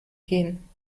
gehen